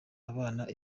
abana